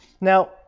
Now